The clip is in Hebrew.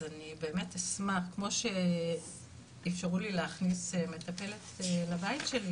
אני מאוד אשמח שכמו שאפשרו לי להכניס מטפלת לבית שלי,